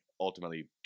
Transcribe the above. ultimately